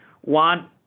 One